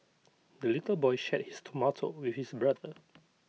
the little boy shared his tomato with his brother